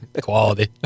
quality